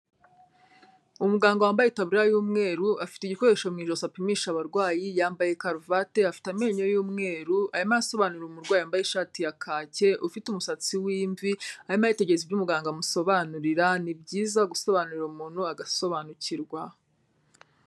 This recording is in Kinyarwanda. Umuganga wambaye itaburiya y'umweru, afite igikoresho mu ijosi apimisha abarwayi, yambaye karuvati, afite amenyo y'umweru, arimo arasobanurira umurwayi wambaye ishati ya kake, ufite umusatsi w'imvi, arimo aritegereza ibyo umuganga amusobanurira, ni byiza gusobanurira umuntu agasobanukirwa.